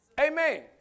Amen